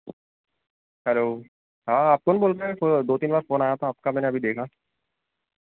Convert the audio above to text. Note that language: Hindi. हलो हाँ आप कौन बोल रहे हैं वो दो तीन बार फोन आया था आपका मैंने अभी देखा